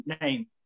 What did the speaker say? name